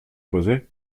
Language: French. posé